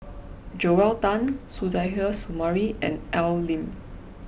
Joel Tan Suzairhe Sumari and Al Lim